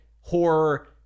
horror